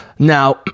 Now